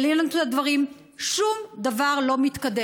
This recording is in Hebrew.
העלינו את הדברים, שום דבר לא מתקדם.